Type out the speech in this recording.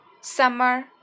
summer